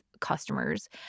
customers